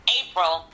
april